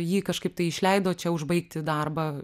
jį kažkaip tai išleido čia užbaigti darbą